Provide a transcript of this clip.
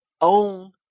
own